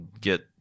get